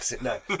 no